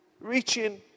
reaching